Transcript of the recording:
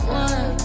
one